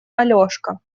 алешка